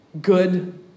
good